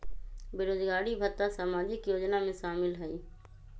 बेरोजगारी भत्ता सामाजिक योजना में शामिल ह ई?